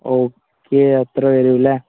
okay അത്രയും വരുമല്ലേ